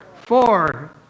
Four